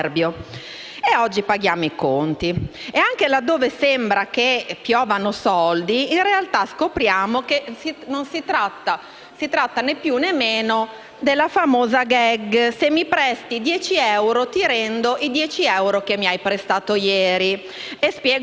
E oggi paghiamo i conti. Anche laddove sembra che piovano soldi in realtà scopriamo che si tratta, né più né meno, della famosa *gag*: se mi presti dieci euro, ti rendo i dieci euro che mi hai prestato ieri. Vi spiego il perché: